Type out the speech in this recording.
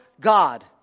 God